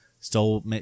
stole